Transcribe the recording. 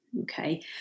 okay